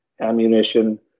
ammunition